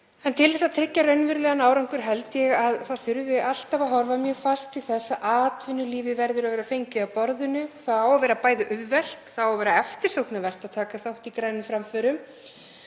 En til þess að tryggja raunverulegan árangur held ég að það þurfi alltaf að horfa mjög fast til þess að atvinnulífið sé fengið að borðinu. Það á að vera auðvelt og það á að vera eftirsóknarvert að taka þátt í grænum framförum.